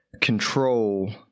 control